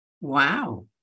Wow